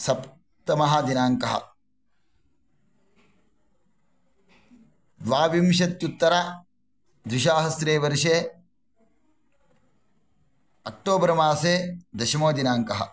सप्तमः दिनाङ्कः द्वाविंशत्युत्तरद्विसहस्रे वर्षे अक्टोबर् मासे दशमो दिनाङ्कः